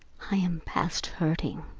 i am past hurting,